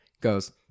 goes